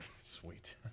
sweet